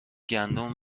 گندم